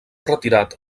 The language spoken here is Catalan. retirat